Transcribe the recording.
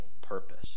purpose